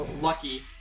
lucky